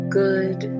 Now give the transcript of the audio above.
good